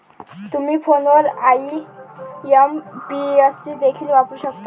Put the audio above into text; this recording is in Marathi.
तुम्ही फोनवर आई.एम.पी.एस देखील वापरू शकता